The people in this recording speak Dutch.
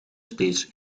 steeds